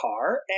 car